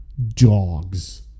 Dogs